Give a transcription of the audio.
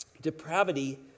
Depravity